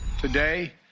Today